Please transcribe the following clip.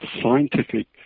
scientific